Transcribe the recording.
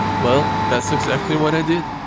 well, that's exactly what i did.